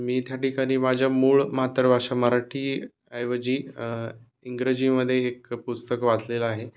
मी या ठिकाणी माझ्या मूळ मातृभाषा मराठी ऐवजी इंग्रजीमध्ये एक पुस्तक वाचलेलं आहे